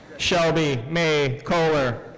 shelby may koehler.